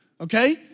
okay